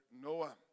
Noah